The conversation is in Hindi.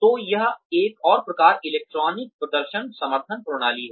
तो यह एक और प्रकार इलेक्ट्रॉनिक प्रदर्शन समर्थन प्रणाली है